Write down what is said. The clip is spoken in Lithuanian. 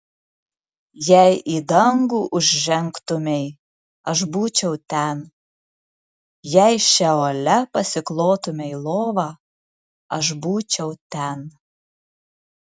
jei į dangų užžengtumei aš būčiau ten jei šeole pasiklotumei lovą aš būčiau ten